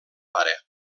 pare